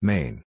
Main